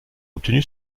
obtenu